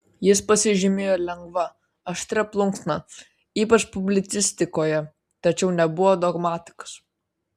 jis pasižymėjo lengva aštria plunksna ypač publicistikoje tačiau nebuvo dogmatikas